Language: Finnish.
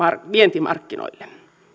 vientimarkkinoille